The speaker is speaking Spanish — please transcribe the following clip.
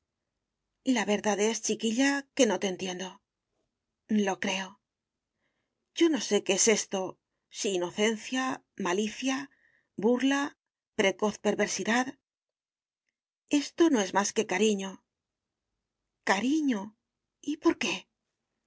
la verdad es chiquilla que no te entiendo lo creo yo no sé qué es esto si inocencia malicia burla precoz perversidad esto no es más que cariño cariño y por qué